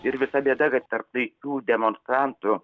ir visa bėda kad tarp taikių demonstrantų